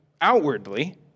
outwardly